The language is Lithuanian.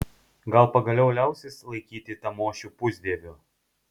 gal pagaliau liausis laikyti tamošių pusdieviu